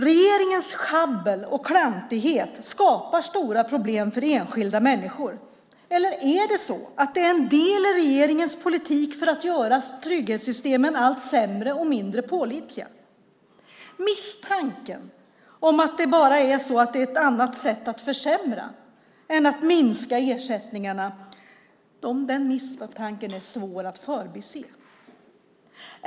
Regeringens schabbel och klantighet skapar stora problem för enskilda människor. Är det en del i regeringens politik för att göra trygghetssystemen allt sämre och mindre pålitliga? Misstanken att det bara är ett annat sätt att försämra än att minska ersättningarna är svår att bortse från.